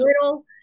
little